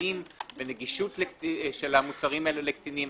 לקטינים ונגישות של המוצרים האלה לקטינים.